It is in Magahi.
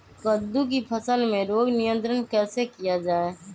कददु की फसल में रोग नियंत्रण कैसे किया जाए?